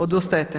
Odustajete?